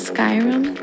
Skyrim